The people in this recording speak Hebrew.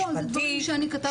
לא, זה דברים שאני כתבתי לעצמי.